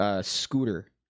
Scooter